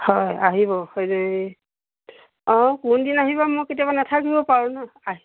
হয় আহিব অঁ কোন দিনা আহিব মই কেতিয়াবা নাথাকিব পাৰোঁ ন আহি